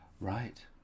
Right